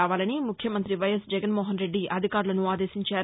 రావాలని ముఖ్యమంత్రి వైఎస్ జగన్మోహన్రెడ్డి అధికారులను ఆదేశించారు